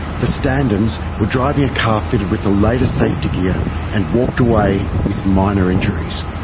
the standens were driving a car fitted with the latest safety gear and walked away with minor injuries.